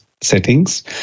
settings